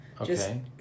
Okay